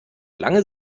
lange